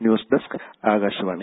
news desk Akashvani